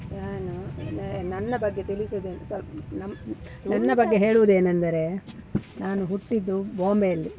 ನಾನು ಎಂದರೆ ನನ್ನ ಬಗ್ಗೆ ತಿಳಿಸೋದೆ ಸ್ವಲ್ಪ ನಮ್ಮ ನನ್ನ ಬಗ್ಗೆ ಹೇಳುವುದೇನೆಂದರೆ ನಾನು ಹುಟ್ಟಿದ್ದು ಬಾಂಬೆಯಲ್ಲಿ